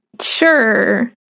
Sure